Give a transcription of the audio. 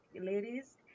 Ladies